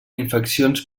infeccions